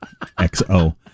XO